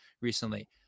recently